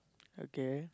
okay